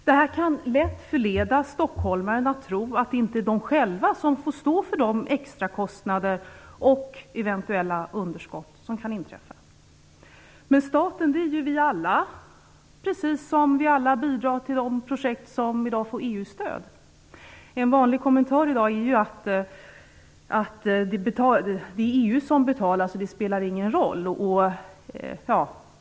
Det kan lätt förleda stockholmarna att tro att det inte är de själva som får stå för de extrakostnader och eventuella underskott som kan inträffa. Men staten är ju vi alla - precis som vi alla bidrar till de projekt som i dag får EU-stöd. En vanlig kommentar i dag är: Det är EU som betalar, så det spelar ingen roll!